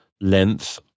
length